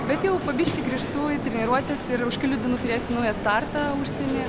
bet jau po biškį grįžtu į treniruotes ir už kelių dienų turėsiu naują startą užsienyje